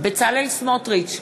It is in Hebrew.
בצלאל סמוטריץ,